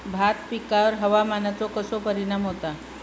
भात पिकांर हवामानाचो कसो परिणाम होता?